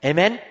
Amen